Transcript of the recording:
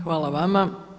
Hvala vama.